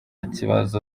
kibazo